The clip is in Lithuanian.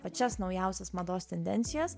pačias naujausias mados tendencijas